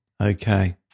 Okay